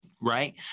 Right